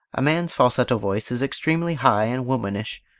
a man's falsetto voice is extremely high and womanish,